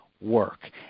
work